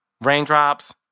Raindrops